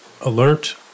alert